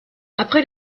après